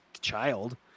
child